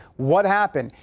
what happened?